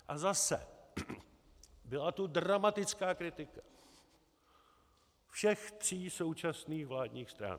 A zase, byla tu dramatická kritika všech tří současných vládních stran.